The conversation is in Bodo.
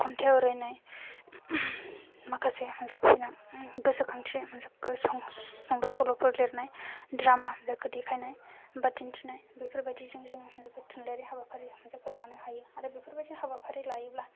खन्थाइ आवरायनाय माखासे हानजा फरायना गोसोखांथि जेखौ सुंद' सल'फोर लिरनाय ड्रामा जेखौ देखायनाय बा दिन्थिनाय बेफोरबायदिजों जोङो थुनलाइआरि हाबाफारि हानजाखौ लानो हायो आरो दा बेफोरबायदि हाबाफारि लायोब्ला